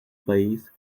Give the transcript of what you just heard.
país